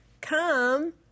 come